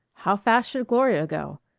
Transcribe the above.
how fast should gloria go?